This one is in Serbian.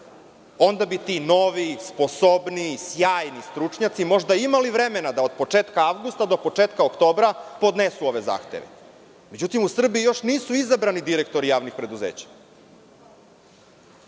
onda bi ti novi sposobniji, sjajni stručnjaci možda imali vremena da od početka avgusta do početka oktobra podnesu ove zahteve. Međutim, u Srbiji još nisu izabrani direktori javnih preduzeća. Hoćete